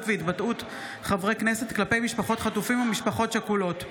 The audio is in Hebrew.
והתבטאות חברי כנסת כלפי משפחות חטופים ומשפחות שכולות.